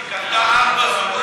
היא קנתה ארבעה זוגות,